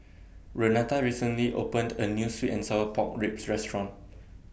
Renata recently opened A New Sweet and Sour Pork Ribs Restaurant